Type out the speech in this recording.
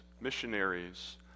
missionaries